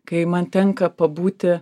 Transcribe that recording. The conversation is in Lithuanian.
kai man tenka pabūti